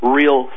real